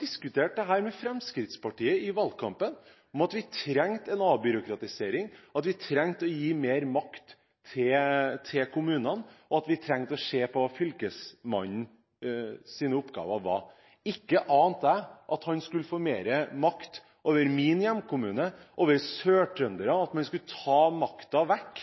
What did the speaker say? diskuterte dette med Fremskrittspartiet i valgkampen, og jeg var helt enig med dem om at vi trengte en avbyråkratisering, at vi trengte å gi mer makt til kommunene, og at vi trengte å se på hva Fylkesmannens oppgaver er. Ikke ante jeg at han skulle få mer makt over min hjemkommune, over sørtrøndere, at han skulle ta makten vekk